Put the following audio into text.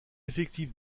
effectifs